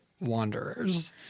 wanderers